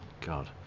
God